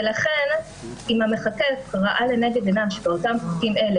ולכן אם המחוקק ראה לנגד עיניו שבאותם חוקים אלה,